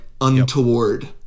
untoward